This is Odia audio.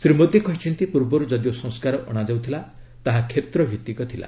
ଶ୍ରୀ ମୋଦି କହିଛନ୍ତି ପୂର୍ବରୁ ଯଦିଓ ସଂସ୍କାର ଅଣାଯାଉଥିଲା ତାହା କ୍ଷେତ୍ରଭିତ୍ତିକ ଥିଲା